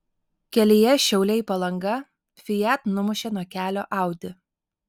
kelyje šiauliai palanga fiat numušė nuo kelio audi